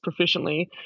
proficiently